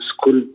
School